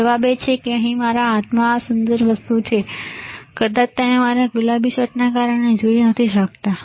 જવાબ છે કે અહીં મારા હાથમાં આ સુંદર વસ્તુ છે ખરું કદાચ તમે મારા ગુલાબી શર્ટને કારણે જોઈ શકતા નથી